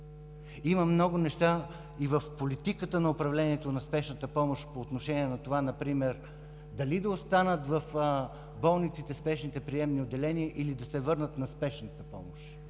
Има много неща в политиката на управлението на Спешната помощ по отношение на това, например, дали да останат в болниците спешните приемни отделения, или да се върнат в Спешната помощ.